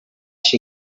she